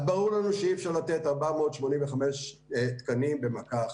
אז ברור לנו שאי אפשר לתת 485 תקנים במכה אחת,